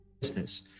business